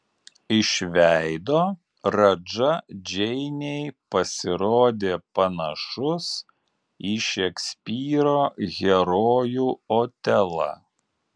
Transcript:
iš veido radža džeinei pasirodė panašus į šekspyro herojų otelą